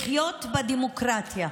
לחיות בדמוקרטיה.